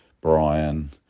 Brian